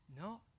No